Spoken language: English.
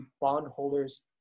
bondholders